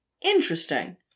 Interesting